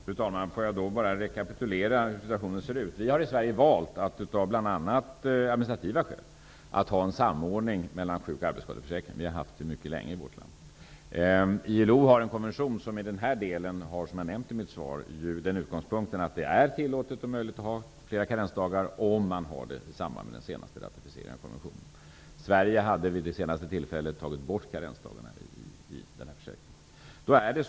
Fru talman! Får jag bara rekapitulera hur situationen ser ut. Vi har i Sverige valt, bl.a. av administrativa skäl, att ha en samordning mellan sjuk och arbetsskadeförsäkringen. Vi har haft det mycket länge i vårt land. ILO har en konvention som i denna del har utgångspunkten -- vilket jag nämnde i mitt svar -- att det är tillåtet och möjligt med flera karensdagar, om man har det i samband med den senaste ratificeringen av konventionen. Sverige hade vid det senaste tillfället tagit bort karensdagarna i försäkringen.